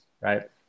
right